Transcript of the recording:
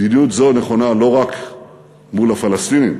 מדיניות זו נכונה לא רק מול הפלסטינים,